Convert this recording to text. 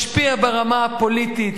משפיע ברמה הפוליטית,